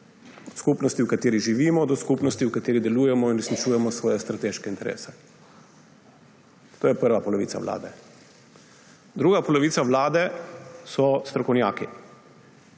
od skupnosti, v kateri živimo, do skupnosti, v kateri delujemo in uresničujemo svoje strateške interese. To je prva polovica vlade. Druga polovica vlade so strokovnjaki.